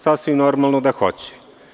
Sasvim normalno da hoće.